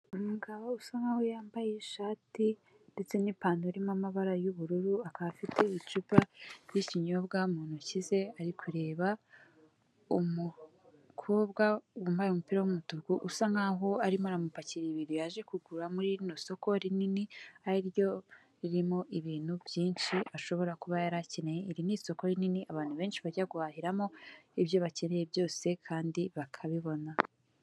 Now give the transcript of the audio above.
Umugabo usa nkaho yambaye ishati ndetse n'ipantaro irimo amabara y'ubururu akaba afite icupa ry'ikinyobwa mu ntoki ze ari kureba umukobwa wambaye umupira w'umutuku usa nk'aho arimo aramupakira ibintu yaje kugura muri rino soko rinini ari ryo ririmo ibintu byinshi ashobora kuba yari akeneye, iri ni isoko rinini abantu benshi bajya guhahiramo ibyo bakeneye byose kandi bakabibona.